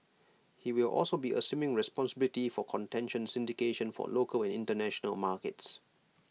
he will also be assuming responsibility for contention syndication for local and International markets